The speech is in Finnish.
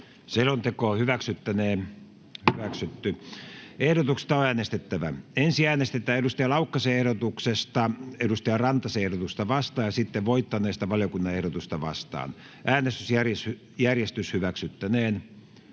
Content: Ehdotuksista on äänestettävä. Ensin äänestetään Antero Laukkasen ehdotuksesta Mari Rantasen ehdotusta vastaan ja sitten voittaneesta valiokunnan ehdotusta vastaan. [Speech 4] Speaker: